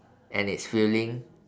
and it's filling